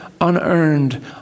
unearned